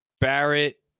Barrett